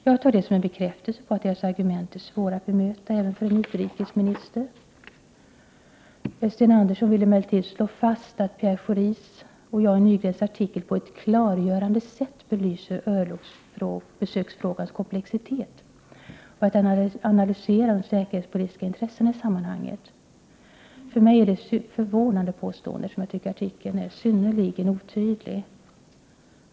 Jag tar det som en bekräftelse på att fredsrörelsens argument är svåra att bemöta även för en utrikesminister. Sten Andersson vill emellertid slå fast att Pierre Schoris och Jan Nygrens artikel ”på ett klargörande sätt belyser örlogsbesöksfrågans komplexitet” och att den analyserar de säkerhetspolitiska intressena i sammanhanget. För mig är det ett förvånande påstående, eftersom jag tycker att denna artikel är synnerligen otydlig.